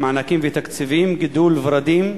מענקים ותקציבים, גידול ורדים,